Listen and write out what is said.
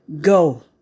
go